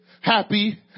happy